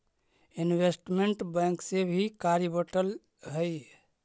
investment bank में भी कार्य बंटल हई